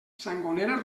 sangonera